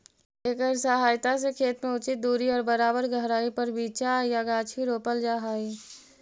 एकर सहायता से खेत में उचित दूरी और बराबर गहराई पर बीचा या गाछी रोपल जा हई